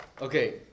Okay